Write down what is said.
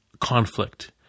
conflict